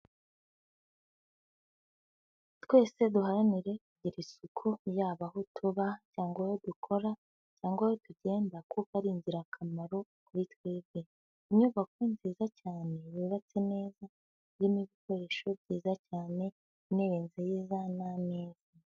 Twese duharanire kugira isuku yaba aho tuba, cyangwa ngo dukora, cyangwa aho tugenda kuko ari ingirakamaro kuri twebwe, inyubako nziza cyane yubatse neza irimo ibikoresho byiza cyane intebe nziza n'ameza.